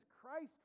Christ